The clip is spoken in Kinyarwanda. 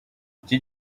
iki